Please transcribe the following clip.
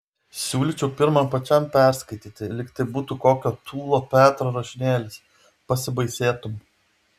siūlyčiau pirma pačiam perskaityti lyg tai būtų kokio tūlo petro rašinėlis pasibaisėtum